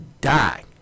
die